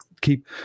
keep